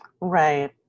Right